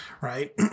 right